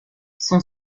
son